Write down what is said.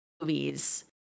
movies